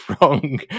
wrong